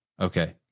Okay